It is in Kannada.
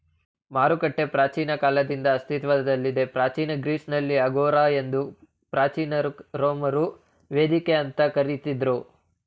ಮಾರುಕಟ್ಟೆ ಪ್ರಾಚೀನ ಕಾಲದಿಂದ ಅಸ್ತಿತ್ವದಲ್ಲಿದೆ ಪ್ರಾಚೀನ ಗ್ರೀಸ್ನಲ್ಲಿ ಅಗೋರಾ ಎಂದು ಪ್ರಾಚೀನ ರೋಮರು ವೇದಿಕೆ ಅಂತ ಕರಿತಿದ್ರು